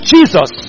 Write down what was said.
Jesus